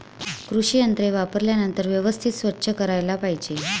कृषी यंत्रे वापरल्यानंतर व्यवस्थित स्वच्छ करायला पाहिजे